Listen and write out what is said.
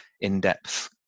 in-depth